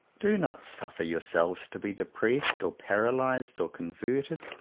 do not suffer yourselves to be depressed or paralyzed or converted,